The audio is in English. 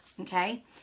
Okay